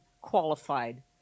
qualified